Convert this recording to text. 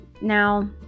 now